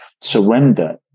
surrender